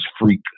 freak